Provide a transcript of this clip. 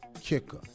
kicker